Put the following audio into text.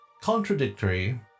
Contradictory